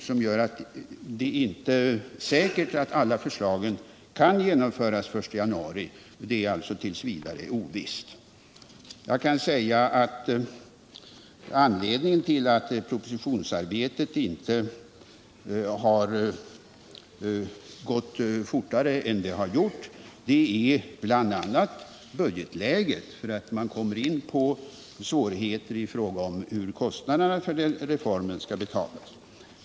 Detta innebär att det inte är säkert att alla förslagen kan genomföras den 1 januari. Det är alltså t. v. ovisst. En anledning till att propositionsarbetet inte har gått fortare är budgetläget. Man kommer in på svårigheter i fråga om hur kostnaderna för reformen skall betalas.